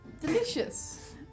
Delicious